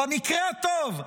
במקרה הטוב,